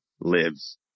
lives